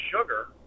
sugar